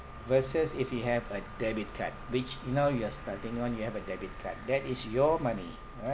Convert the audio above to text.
versus if you have a debit card which now you are starting on you have a debit card that is your money all right